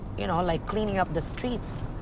you know, like, cleaning up the streets.